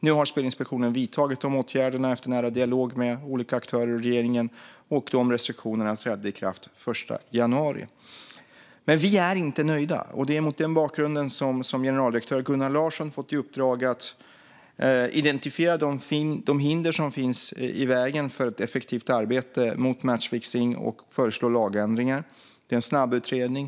Nu har Spelinspektionen vidtagit de åtgärderna efter nära dialog med olika aktörer och regeringen. Restriktionerna trädde i kraft den 1 januari. Men vi är inte nöjda. Det är mot den bakgrunden generaldirektör Gunnar Larsson fått i uppdrag att identifiera de hinder som finns i vägen för ett effektivt arbete mot matchfixning och föreslå lagändringar. Det är en snabbutredning.